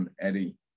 Eddie